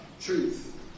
truth